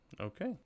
okay